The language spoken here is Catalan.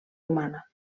humana